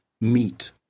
meet